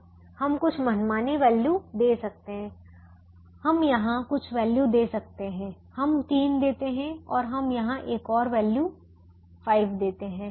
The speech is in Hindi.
संदर्भ समय 1821 हम कुछ मनमानी वैल्यू दे सकते हैं हम यहाँ कुछ वैल्यू दे सकते हैं हम 3 देते हैं और हम यहाँ एक और वैल्यू 5 देते हैं